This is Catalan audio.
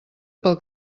pel